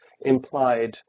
implied